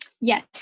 Yes